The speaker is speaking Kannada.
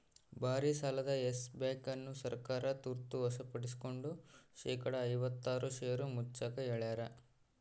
ಭಾರಿಸಾಲದ ಯೆಸ್ ಬ್ಯಾಂಕ್ ಅನ್ನು ಸರ್ಕಾರ ತುರ್ತ ವಶಪಡಿಸ್ಕೆಂಡು ಶೇಕಡಾ ಐವತ್ತಾರು ಷೇರು ಮುಚ್ಚಾಕ ಹೇಳ್ಯಾರ